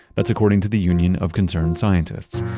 that's according to the union of concerned scientists.